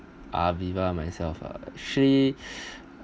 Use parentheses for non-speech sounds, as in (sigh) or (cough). aviva myself ah actually (breath)